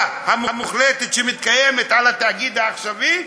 באופן מוחלט שמתקיימת על התאגיד העכשווי,